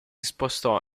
spostò